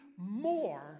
More